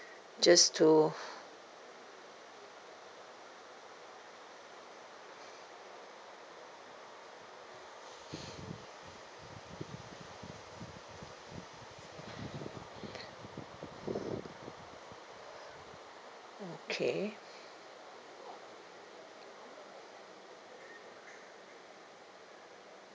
just to okay